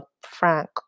frank